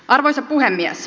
arvoisa puhemies